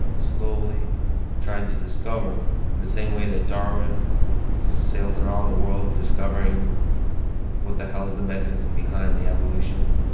slowly trying to discover in the same way that darwin sailed around the world discovering what the hell is the mechanism behind the evolution,